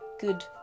good